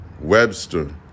Webster